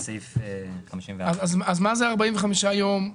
אז מה זה 45 ימים?